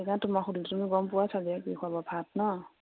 সেইকাৰণে তোমাৰ সুধিছোঁ তুমি গম পোৱা চাগে কি খুৱাব ভাত ন